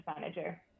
manager